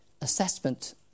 assessment